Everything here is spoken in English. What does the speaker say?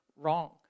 wrong